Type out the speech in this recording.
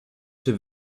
czy